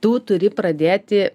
tu turi pradėti